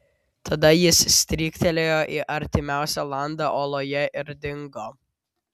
tada jis stryktelėjo į artimiausią landą uoloje ir dingo